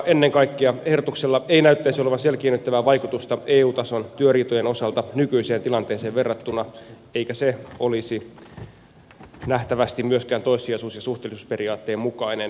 ennen kaikkea ehdotuksella ei näyttäisi olevan selkiinnyttävää vaikutusta eu tason työriitojen osalta nykyiseen tilanteeseen verrattuna eikä se olisi nähtävästi myöskään toissijaisuus ja suhteellisuusperiaatteen mukainen